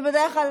בבקשה, גברתי.